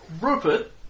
Rupert